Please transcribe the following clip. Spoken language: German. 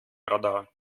radar